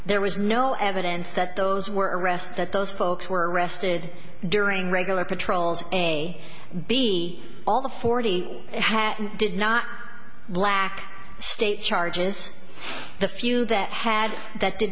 there was no evidence that those were arrest that those folks were arrested during regular patrols be all the forty did not black state charges the few that had that did